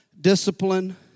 discipline